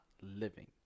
living